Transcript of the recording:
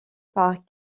par